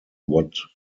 what